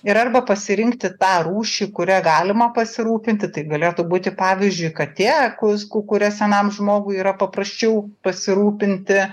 ir arba pasirinkti tą rūšį kuria galima pasirūpinti tai galėtų būti pavyzdžiui katė klus kuria senam žmogui yra paprasčiau pasirūpinti